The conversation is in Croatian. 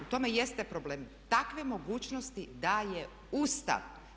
U tome jeste problem, takve mogućnosti daje Ustav.